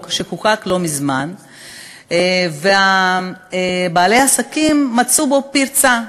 שחוקק לא מזמן ובעלי עסקים מצאו בו פרצה.